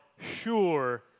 sure